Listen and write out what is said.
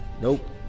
Nope